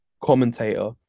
commentator